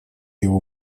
его